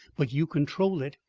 but you control it.